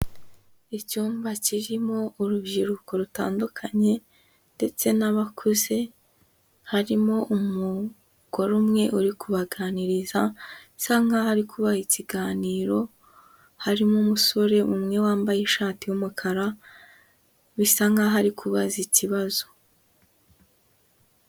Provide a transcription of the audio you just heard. Icyumba kirimo urubyiruko rutandukanye ndetse n'abakuze, harimo umugore umwe uri kubaganiriza usa nkaho ari kubaha ikiganiro, harimo umusore umwe wambaye ishati y'umukara, bisa nkaho ari kubaza ikibazo.